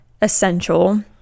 essential